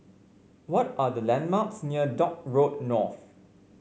what are the landmarks near Dock Road North